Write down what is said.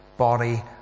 body